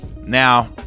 now